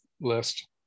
list